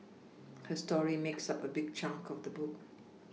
her story makes up a big chunk of the book